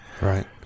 Right